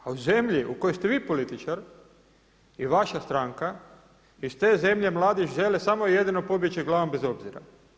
A u zemlji u kojoj ste vi političar i vaša stranka iz te zemlje mladi žele samo i jedino pobjeći glavom bez obzira.